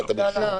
לא,